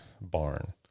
barn